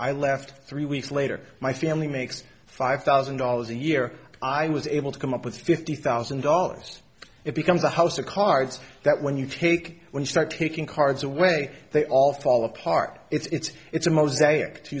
i left three weeks later my family makes five thousand dollars a year i was able to come up with fifty thousand dollars it becomes a house of cards that when you take when you start taking cards away they all fall apart it's it's a mosaic to